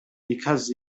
because